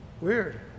Weird